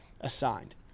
assigned